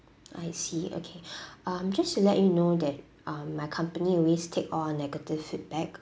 I see okay um just to let you know that um my company always take all negative feedback